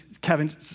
Kevin